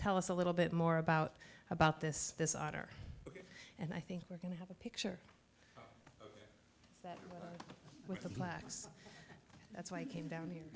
tell us a little bit more about about this this author and i think we're going to have a picture with the blacks that's why i came down here